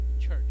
church